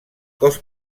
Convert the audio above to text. cos